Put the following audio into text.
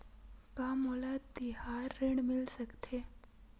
का मोला तिहार ऋण मिल सकथे?